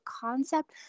concept